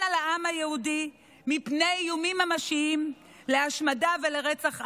על העם היהודי מפני איומים ממשיים להשמדה ולרצח עם.